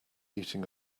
eating